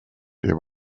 det